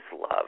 love